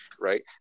right